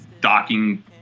docking